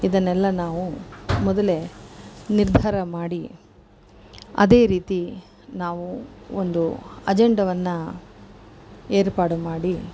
ಇದನ್ನೆಲ್ಲ ನಾವು ಮೊದಲೇ ನಿರ್ಧಾರ ಮಾಡಿ ಅದೇ ರೀತಿ ನಾವು ಒಂದು ಅಜೆಂಡವನ್ನು ಏರ್ಪಾಡು ಮಾಡಿ